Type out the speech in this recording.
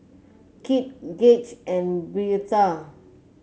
Kit Gauge and Birtha